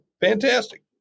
Fantastic